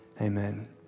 amen